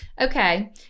Okay